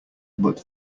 but